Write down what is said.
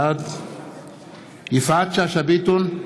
בעד יפעת שאשא ביטון,